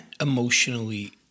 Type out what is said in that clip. emotionally